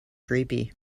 creepy